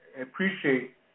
appreciate